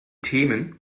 themen